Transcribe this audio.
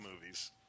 movies